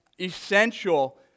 essential